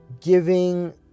giving